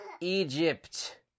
Egypt